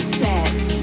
set